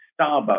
Starbucks